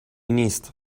نیست